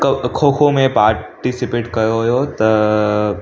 खो खो में पार्टीसिपेट कयो हुओ त